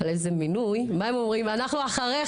על איזה מינוי, הם אומרים: אנחנו אחריך.